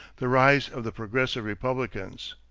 the rise of the progressive republicans.